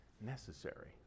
Necessary